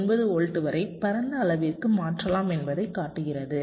9 volt வரை பரந்த அளவிற்கு மாற்றலாம் என்பதைக் காட்டுகிறது